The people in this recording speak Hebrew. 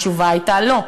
התשובה הייתה לא.